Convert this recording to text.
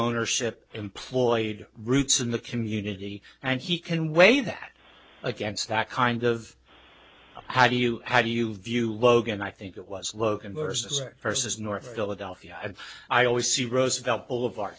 ownership employed roots in the community and he can weigh that against that kind of how do you how do you view logan i think it was logan vs vs north philadelphia and i always see roosevelt boulevard